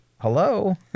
Hello